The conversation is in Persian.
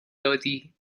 دادی